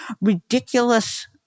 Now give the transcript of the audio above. ridiculous